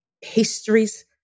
histories